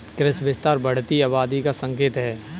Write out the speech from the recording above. कृषि विस्तार बढ़ती आबादी का संकेत हैं